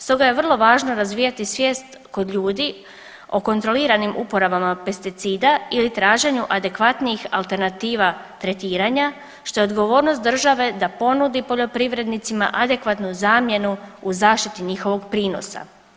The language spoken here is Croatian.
Stoga je vrlo važno razvijati svijest kod ljudi o kontroliranim uporabama pesticida ili traženju adekvatnih alternativa tretiranja, što je odgovornost države da ponudi poljoprivrednicima adekvatnu zamjenu u zaštiti njihovog prinosa.